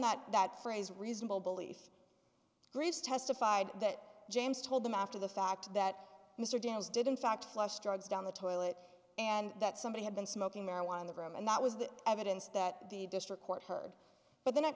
that that phrase reasonable belief greece testified that james told them after the fact that mr downs did in fact flush drugs down the toilet and that somebody had been smoking marijuana in the room and that was the evidence that the district court heard but the